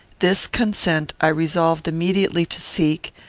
this consent i resolved immediately to seek,